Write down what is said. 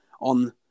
on